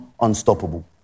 unstoppable